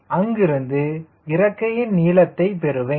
எனவே அங்கிருந்து இறக்கையின் நீளத்தை பெறுவேன்